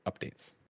updates